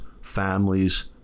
families